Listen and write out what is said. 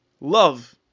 Love